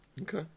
Okay